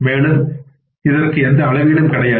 மேலும் இதற்கு எந்த அளவீடும் கிடையாது